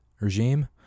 regime